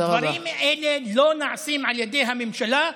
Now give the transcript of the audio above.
הדברים האלה לא נעשים על ידי הממשלה,